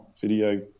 video